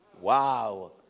Wow